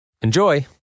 Enjoy